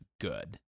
good